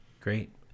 great